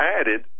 added